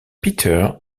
peter